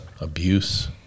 abuse